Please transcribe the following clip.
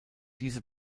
diese